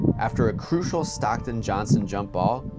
after a crucial stockton-johnson jump ball,